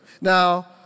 Now